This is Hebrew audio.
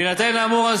בהינתן האמור,